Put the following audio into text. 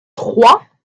trois